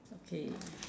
okay